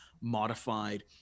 modified